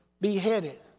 beheaded